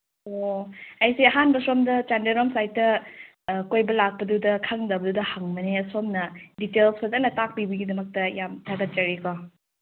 ꯑꯣ ꯑꯩꯁꯤ ꯑꯍꯥꯟꯕ ꯁꯣꯝꯗ ꯆꯥꯟꯗꯦꯜꯂꯣꯝ ꯁꯥꯏꯠꯇ ꯀꯣꯏꯕ ꯂꯥꯛꯄꯗꯨꯗ ꯈꯪꯗꯕꯗꯨꯗ ꯍꯪꯕꯅꯤ ꯑꯁꯣꯝꯅ ꯗꯤꯇꯦꯜꯁ ꯐꯖꯅ ꯇꯥꯛꯄꯤꯕꯒꯤꯗꯃꯛꯇ ꯌꯥꯝ ꯊꯥꯒꯠꯆꯔꯤꯀꯣ